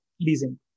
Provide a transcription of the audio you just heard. leasing